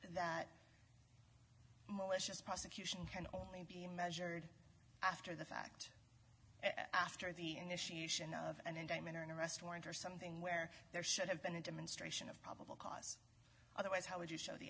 this prosecution can only be measured after the fact after the initiation of an indictment or an arrest warrant or something where there should have been a demonstration of probable cause otherwise how would you show the